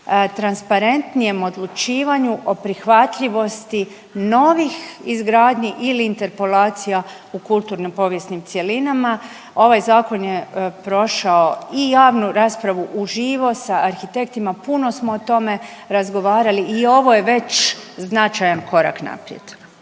transparentnijem odlučivanju o prihvatljivosti novih izgradnju ili interpolacija u kulturno-povijesnim cjelinama. Ovaj Zakon je prošao i javnu raspravu uživo sa arhitektima, puno smo o tome razgovarali i ovo je već značajan korak naprijed.